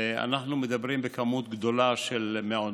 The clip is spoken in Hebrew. ואנחנו מדברים על מספר גדול של מעונות